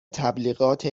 تبلیغات